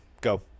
Go